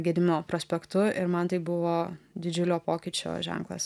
gedimino prospektu ir man tai buvo didžiulio pokyčio ženklas